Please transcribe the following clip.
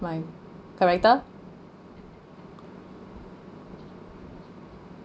my character